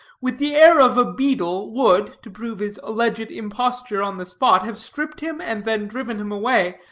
with the air of a beadle, would, to prove his alleged imposture on the spot, have stripped him and then driven him away,